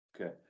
Okay